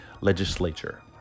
legislature